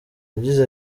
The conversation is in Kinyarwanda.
yagize